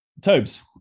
Tobes